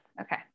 Okay